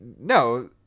No